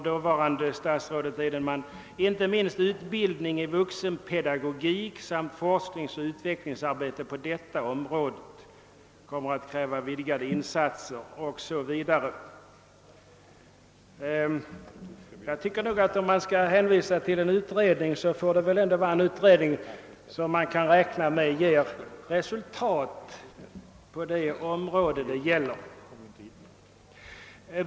Inte minst torde »utbildning i vuxenpedagogik samt forskningsoch utvecklingsarbete på detta område komma att kräva vidgade insatser». Om man skall hänvisa till en utredning får det väl vara en utredning som man kan räkna med kommer att behandla den fråga det gäller.